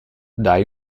dai